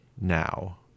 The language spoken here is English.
now